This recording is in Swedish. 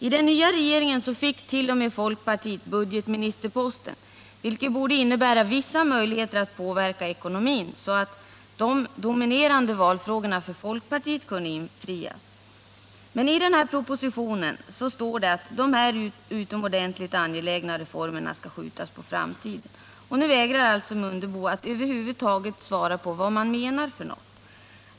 I den nya regeringen fick folkpartiet t.o.m. budgetministerposten, vilket borde innebära vissa möjligheter att påverka ekonomin så att folk 17 partiets dominerande vallöften kunde infrias. Men i propositionen om inriktningen av den ekonomiska politiken står det att dessa utomordentligt angelägna reformer skall skjutas på framtiden. Nu vägrar Ingemar Mundebo att över huvud taget svara på frågan vad man menar med detta.